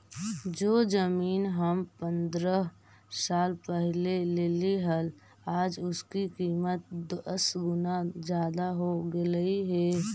जो जमीन हम पंद्रह साल पहले लेली हल, आज उसकी कीमत दस गुना जादा हो गेलई हे